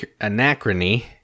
anachrony